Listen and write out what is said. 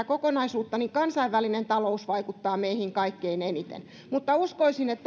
kokonaisuutta niin kansainvälinen talous vaikuttaa meihin kaikkein eniten mutta uskoisin että